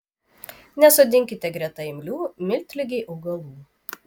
nesodinkite greta imlių miltligei augalų